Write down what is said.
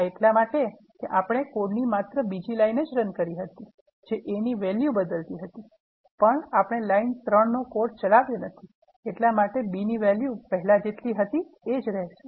આ એટલા માટે છે કે આપણે કોડની માત્ર બીજી લાઈન રન કરી હતી જે a ની વેલ્યુ બદલો પરંતુ આપણે લાઇન 3 નો કોડ ચલાવ્યો નથી એટલા માટે b ની વેલ્યુ પહેલા જેટલીજ રહેશે